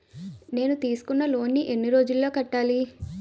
నేను తీసుకున్న లోన్ నీ ఎన్ని రోజుల్లో కట్టాలి?